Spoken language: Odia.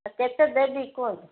କେତେ ଦେବି କୁହନ୍ତୁ